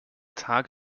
tag